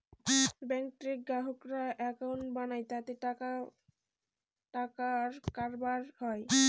ব্যাঙ্কে গ্রাহকরা একাউন্ট বানায় তাতে টাকার কারবার হয়